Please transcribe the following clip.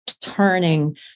turning